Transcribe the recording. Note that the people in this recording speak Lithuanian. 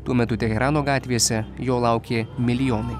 tuo metu teherano gatvėse jo laukė milijonai